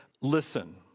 listen